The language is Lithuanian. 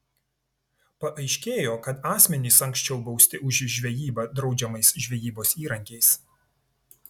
paaiškėjo kad asmenys anksčiau bausti už žvejybą draudžiamais žvejybos įrankiais